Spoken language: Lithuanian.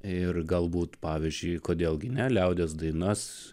ir galbūt pavyzdžiui kodėl gi ne liaudies dainas